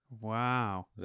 Wow